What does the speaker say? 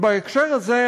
בהקשר הזה,